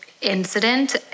incident